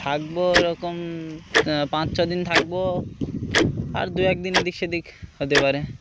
থাকবো এরকম পাঁচ ছদিন থাকবো আর দু একদিনে এদিক সেদিক হতে পারে